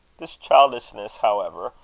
this childishness, however,